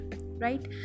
right